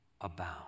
abound